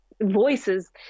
voices